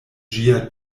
ĝia